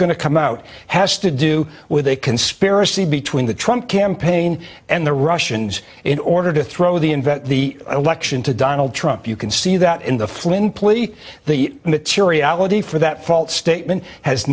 going to come out has to do with a conspiracy between the trunk campaign and the russians in order to throw the invent the election to donald trump you can see that in the flynn plea the materiality for that false statement has